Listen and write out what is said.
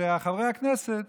שחברי הכנסת